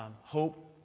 hope